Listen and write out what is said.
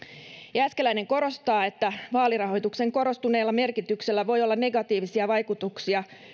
jääskeläinen korostaa että vaalirahoituksen korostuneella merkityksellä voi olla negatiivisia vaikutuksia